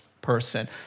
person